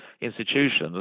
institutions